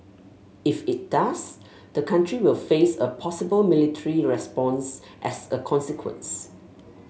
if it does the country will face a possible military response as a consequence